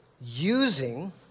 using